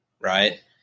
right